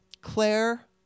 Claire